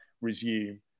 resume